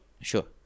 Sure